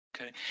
okay